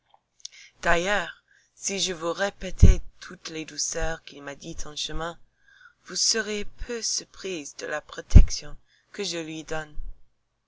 d'ailleurs si je vous répétais toutes les douceurs qu'il m'a dites en chemin vous seriez peu surprises de la protection que je lui donne